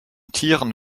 tieren